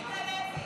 עמית הלוי.